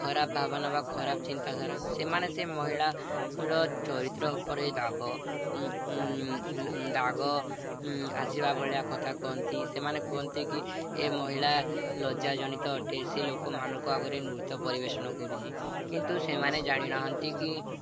ଖରାପ ଭାବନା ବା ଖରାପ ଚିନ୍ତାଧାରା ସେମାନେ ସେ ମହିଳାର ଚରିତ୍ର ଉପରେ ଦାଗ ଦାଗ ଆସିବା ଭଳିଆ କଥା କୁହନ୍ତି ସେମାନେ କୁହନ୍ତି କି ଏ ମହିଳା ଲଜ୍ଜା ଜନିତ ଅଟେ ସେ ଲୋକମାନଙ୍କୁ ଆଗରେ ନୃତ୍ୟ ପରିବେଷଣ କରୁଛି କିନ୍ତୁ ସେମାନେ ଜାଣିନାହାନ୍ତି କି